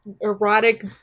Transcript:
erotic